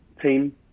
team